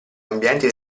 ambienti